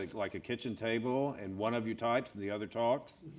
like a kitchen table and one of you types and the other talks?